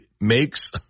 makes